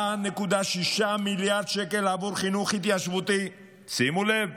4.6 מיליארד שקל בעבור חינוך התיישבותי, שימו לב,